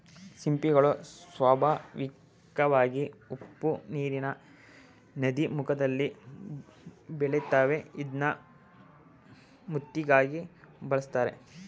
ಸಿಂಪಿಗಳು ಸ್ವಾಭಾವಿಕವಾಗಿ ಉಪ್ಪುನೀರಿನ ನದೀಮುಖದಲ್ಲಿ ಬೆಳಿತಾವೆ ಇದ್ನ ಮುತ್ತಿಗಾಗಿ ಬೆಳೆಸ್ತರೆ